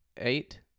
eight